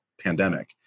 pandemic